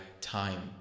time